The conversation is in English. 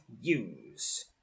use